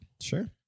Sure